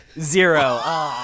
Zero